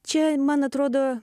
čia man atrodo